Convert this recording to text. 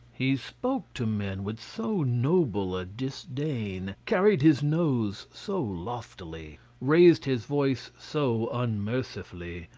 he spoke to men with so noble a disdain, carried his nose so loftily, raised his voice so unmercifully,